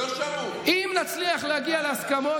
אם נצליח להגיע להסכמות,